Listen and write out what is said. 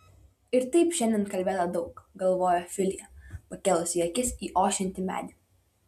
ir taip šiandien kalbėta daug galvojo filija pakėlusi akis į ošiantį medį